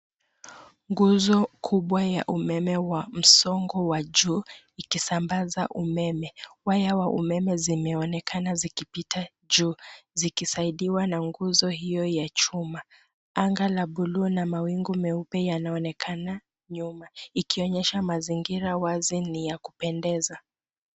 Nguzo kubwa ya umeme wa msongo wa juu ikisambaza umeme. Waya wa umeme zimeonekana zikipita juu zikisaidiwa na nguzo hiyo ya chuma. Anga la buluu na mawingu meupe yanaonekana nyuma ikionyesha mazingira wazi ni ya kupendeza.